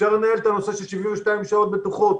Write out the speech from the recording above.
אפשר לנהל את הנושא של 72 שעות בטוחות,